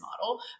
model